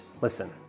Listen